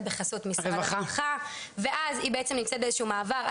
בחסות משרד הרווחה ואז היא נמצאת באיזה שהוא מעבר,